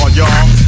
y'all